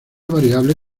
variable